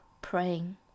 praying